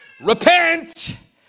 Repent